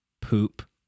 Poop